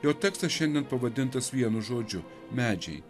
jo tekstas šiandien pavadintas vienu žodžiu medžiai